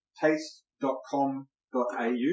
taste.com.au